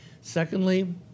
Secondly